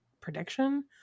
prediction